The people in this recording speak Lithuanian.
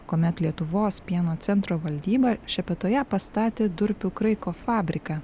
kuomet lietuvos pieno centro valdyba šepetoje pastatė durpių kraiko fabriką